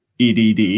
edd